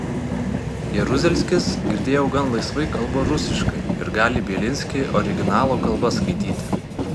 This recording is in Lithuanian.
jaruzelskis girdėjau gan laisvai kalba rusiškai ir gali bielinskį originalo kalba skaityti